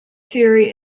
theory